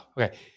Okay